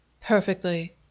Perfectly